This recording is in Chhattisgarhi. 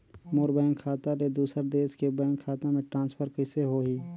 मोर बैंक खाता ले दुसर देश के बैंक खाता मे ट्रांसफर कइसे होही?